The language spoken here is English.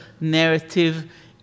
narrative